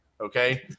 okay